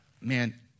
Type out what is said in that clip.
man